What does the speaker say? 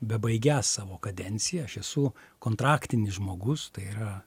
bebaigiąs savo kadenciją aš esu kontraktinis žmogus tai yra